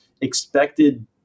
expected